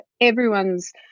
everyone's